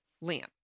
lamp